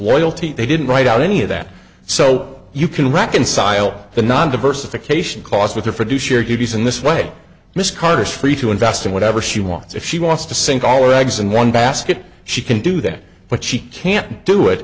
loyalty they didn't write out any of that so you can reconcile the non diversification clause with her for do share your views in this way miss carter is free to invest in whatever she wants if she wants to sink all our eggs in one basket she can do that but she can't do it